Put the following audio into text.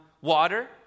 water